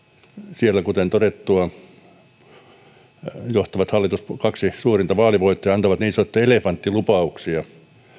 siellä kuten todettua kaksi suurinta vaalivoittajaa antoivat niin sanottuja elefanttilupauksia